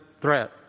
threat